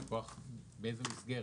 באיזו מסגרת?